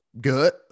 good